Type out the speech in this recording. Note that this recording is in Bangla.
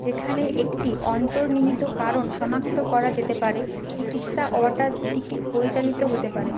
যেখানে একটি অন্তর্নিহিত কারণ শনাক্ত করা যেতে পারে চিকিৎসা ওটার দিকে পরিচালিত হতে পারে